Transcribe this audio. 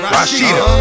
Rashida